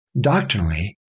doctrinally